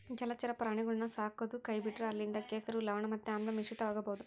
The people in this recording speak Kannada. ಜಲಚರ ಪ್ರಾಣಿಗುಳ್ನ ಸಾಕದೊ ಕೈಬಿಟ್ರ ಅಲ್ಲಿಂದ ಕೆಸರು, ಲವಣ ಮತ್ತೆ ಆಮ್ಲ ಮಿಶ್ರಿತವಾಗಬೊದು